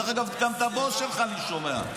דרך אגב, גם את הבוס שלך אני שומע.